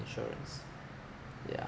insurance yeah